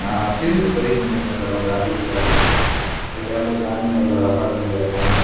நான் சிலிண்ட்ரு பதிவு பண்ணியிருந்தேன் சார் உங்கள் ஆஃபீஸ்சில் இது மாதிரி பெரம்பூர் காந்தி நகரில் ஒரு அப்பார்ட்மெண்ட்டில் இருக்கேன்